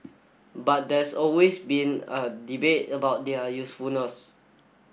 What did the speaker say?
but there's always been a debate about their usefulness